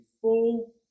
full